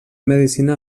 medicina